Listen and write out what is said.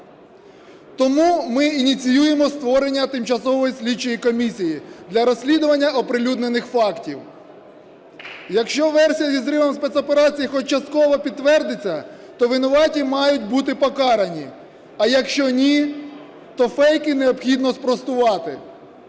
Тому ми ініціюємо створення тимчасової слідчої комісії для розслідування оприлюднених фактів. Якщо версія зі зривом спецоперації хоч частково підтвердиться, то винуваті мають бути покарані, а якщо ні, то фейки необхідно спростувати,